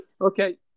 Okay